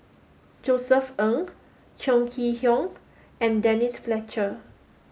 Josef Ng Chong Kee Hiong and Denise Fletcher